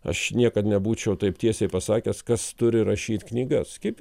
aš niekad nebūčiau taip tiesiai pasakęs kas turi rašyt knygas kaip